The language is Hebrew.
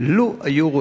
לו היו רואים